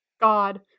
god